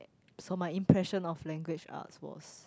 so my impression of language arts was